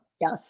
Yes